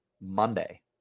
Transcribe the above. Monday